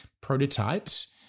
prototypes